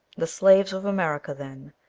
the slaves of america, then,